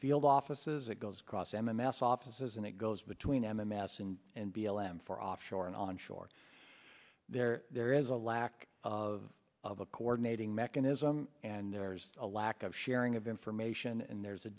field offices it goes across m m s offices and it goes between emma mass and and b l m for offshore and onshore there there is a lack of of a coordinating mechanism and there's a lack of sharing of information and there's a